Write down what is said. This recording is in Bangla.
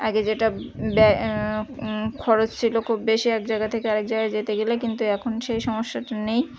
আগে যেটা ব্য খরচ ছিল খুব বেশি এক জায়গা থেকে আরেক জায়গা যেতে গেলে কিন্তু এখন সেই সমস্যাটা নেই